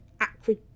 acrid